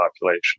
population